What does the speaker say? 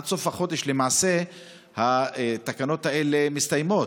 בסוף החודש למעשה התקנות האלה מסתיימות,